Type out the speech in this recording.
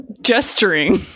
Gesturing